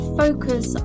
focus